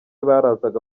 barazaga